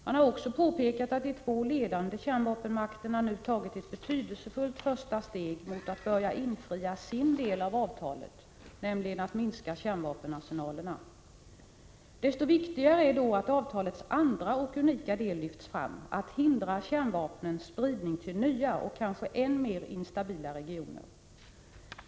Han har också påpekat att de två ledande kärnvapenmakterna nu har tagit ett betydelsefullt första steg mot att börja infria sin del av avtalet, nämligen att minska kärnvapenarsenalerna. Det är då desto viktigare att avtalets andra och unika del lyfts fram — att hindra kärnvapnens spridning till nya och kanske än mer instabila regioner.